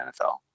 NFL